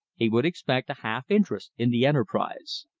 he would expect a half interest in the enterprise.